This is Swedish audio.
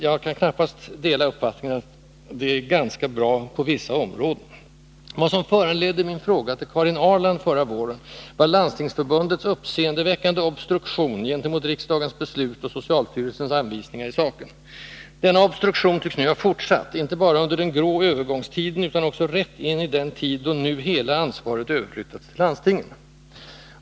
Jag kan knappast dela uppfattningen att det är ”ganska bra på vissa områden”. Det som föranledde min fråga till Karin Ahrland förra våren var Landstingsförbundets uppseendeväckande obstruktion gentemot riksdagens beslut och socialstyrelsens anvisningar i saken. Denna obstruktion tycks nu ha fortsatt, inte bara under den grå ”övergångstiden” utan också rätt in i den tid då nu hela ansvaret överflyttats till landstingen.